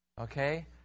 Okay